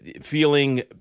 feeling